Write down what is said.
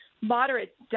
moderate